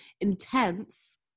Intense